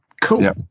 Cool